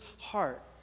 heart